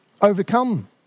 overcome